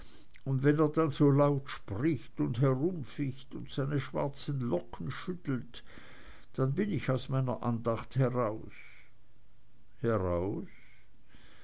und wenn er dann so laut spricht und herumficht und seine schwarzen locken schüttelt dann bin ich aus meiner andacht heraus heraus